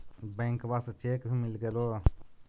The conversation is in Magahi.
बैंकवा से चेक भी मिलगेलो?